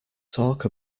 talk